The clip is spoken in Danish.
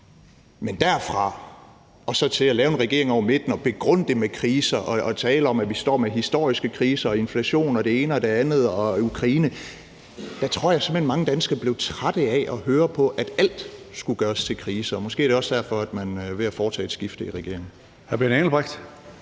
Men i forhold til det at lave en regering over midten og begrunde det med kriser og tale om, at vi står med historiske kriser og inflation og det ene og det andet og Ukraine, tror jeg simpelt hen, at mange danskere blev trætte, altså af at høre på, at alt skulle gøres til kriser. Måske er det også derfor, man er ved at foretage et skifte i regeringen.